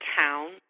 town